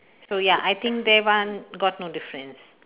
so ya I think that one got no difference